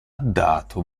dato